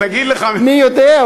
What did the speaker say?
מי יודע?